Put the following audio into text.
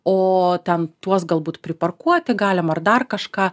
o ten tuos galbūt priparkuoti galima ar dar kažką